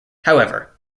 however